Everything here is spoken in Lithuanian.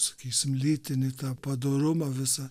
sakysim lytinį tą padorumą visą